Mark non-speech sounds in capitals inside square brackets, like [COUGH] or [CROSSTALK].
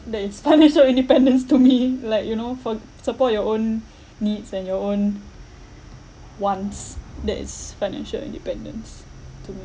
that is [LAUGHS] financial independence to me [LAUGHS] like you know for support your own needs and your own wants that is financial independence to me